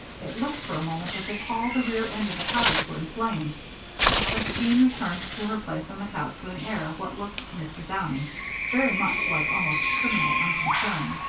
it looked for a moment as if all the rear end of the cottage were in flames but jean returned to her place on the couch with an air of what looked to mr. downing very much like almost criminal unconcern.